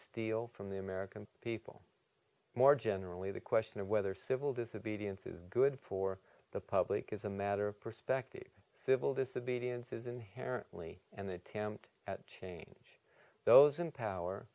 steel from the american people more generally the question of whether civil disobedience is good for the public is a matter of perspective civil disobedience is inherently and the attempt at change those in power